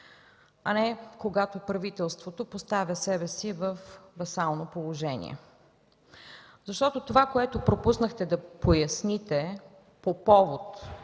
а не когато правителството поставя себе си във васално положение. Това, което пропуснахте да поясните по повод